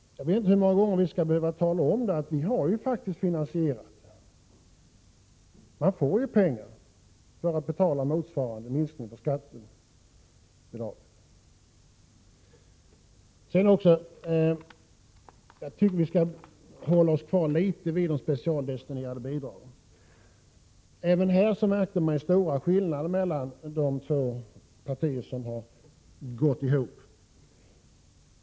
Jag vet inte hur många gånger som vi skall behöva tala om att vi faktiskt har finansierat detta. Det finns pengar för att betala motsvarande minskning av skattebidraget. Jag tycker att vi litet grand skall hålla oss kvar vid de specialdestinerade bidragen. Även i detta sammanhang märktes stora skillnader mellan de två partier som har gått ihop.